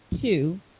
two